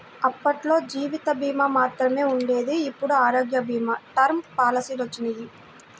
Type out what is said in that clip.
అప్పట్లో జీవిత భీమా మాత్రమే ఉండేది ఇప్పుడు ఆరోగ్య భీమా, టర్మ్ పాలసీలొచ్చినియ్యి